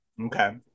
Okay